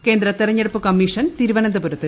കേന്ദ്ര തെരഞ്ഞെടുപ്പ് കമ്മീഷൻ തിരുവനന്തപുരത്ത് എത്തി